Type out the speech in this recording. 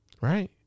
Right